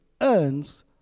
earns